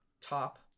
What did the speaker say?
top